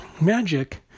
Magic